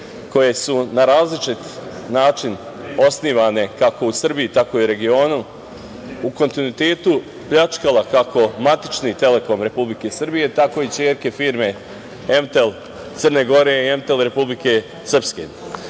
koje su na različit način osnivane kako u Srbiji, tako i u regionu, u kontinuitetu pljačkala kako matični „Telekom“ Republike Srbije, tako i ćerke firme „Mtel“ Crne Gore i „Mtel“ Republike